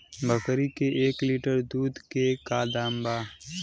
बकरी के एक लीटर दूध के का दाम बा?